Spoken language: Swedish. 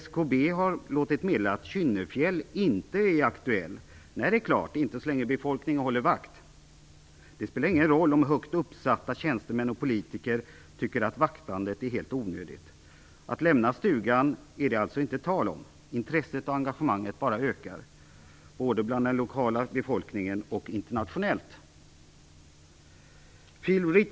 SKB har låtit meddela att Kynnefjäll inte är aktuellt. Nej, det är klart. Inte så länge befolkningen håller vakt. Det spelar ingen roll om uppsatta tjänstemän och politiker tycker att vaktandet är helt onödigt. Att lämna stugan är det alltså inte tal om. Intresset och engagemanget bara ökar både hos den lokala befolkningen och internationellt.